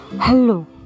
Hello